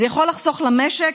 זה יכול לחסוך למשק,